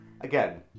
Again